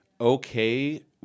okay